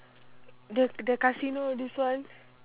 the the casino this one